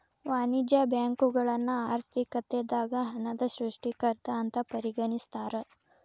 ವಾಣಿಜ್ಯ ಬ್ಯಾಂಕುಗಳನ್ನ ಆರ್ಥಿಕತೆದಾಗ ಹಣದ ಸೃಷ್ಟಿಕರ್ತ ಅಂತ ಪರಿಗಣಿಸ್ತಾರ